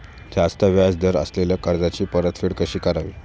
जास्त व्याज दर असलेल्या कर्जाची परतफेड कशी करावी?